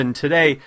today